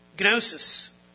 gnosis